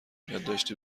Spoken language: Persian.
یادداشتی